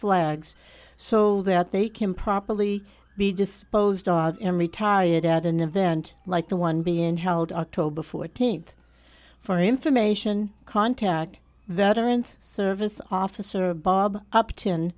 flags so that they can properly be disposed of in retired at an event like the one being held october fourteenth for information contact that aren't service officer bob up